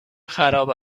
خراب